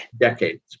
decades